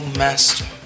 master